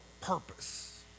purpose